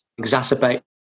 exacerbate